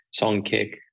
Songkick